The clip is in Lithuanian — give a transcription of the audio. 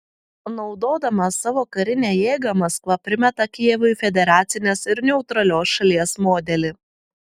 naudodama savo karinę jėgą maskva primeta kijevui federacinės ir neutralios šalies modelį